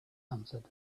answered